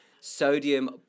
sodium